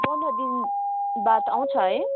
पन्ध्र दिन बाद आउँछ है